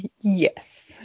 yes